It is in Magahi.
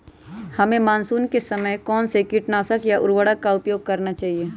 हमें मानसून के समय कौन से किटनाशक या उर्वरक का उपयोग करना चाहिए?